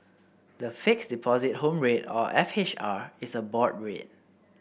the Fixed Deposit Home Rate or F H R is a board rate